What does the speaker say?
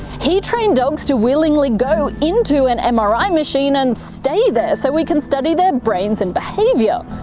he trained dogs to willingly go into an mri machine and stay there so we can study their brains and behaviour.